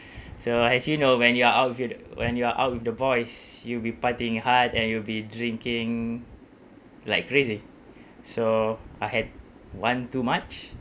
so as you know when you're out with you when you are out with the boys you'll be partying hard and you'll drinking like crazy so I had one too much